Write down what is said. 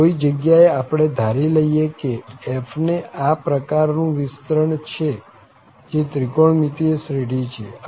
આમ કોઈ જગ્યા એ આપણે ધારી લઈએ કે f ને આ પ્રકાર નું વિસ્તરણ છે જે ત્રિકોણમિતિય શ્રેઢી છે